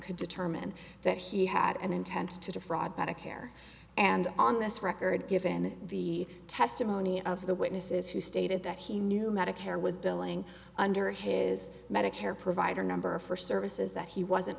could determine that he had an intent to defraud medicare and on this record given the testimony of the witnesses who stated that he knew medicare was billing under his medicare provider number for services that he wasn't